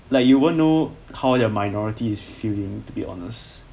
like you won't know how the minority is feeling to be honest